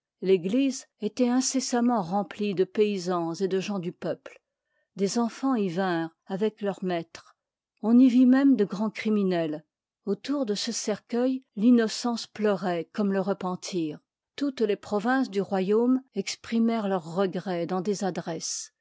l'église ctoit incessamment remplie de paysans et de gens du peuple des enfans y vinrent avec leur maître on y vit même de grands criminels autour de ce cercueil l'innocence pleuroit comme le repentir toutes les provinces du royaume expri mèrent leurs regrets dans des adresses